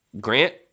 Grant